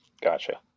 Gotcha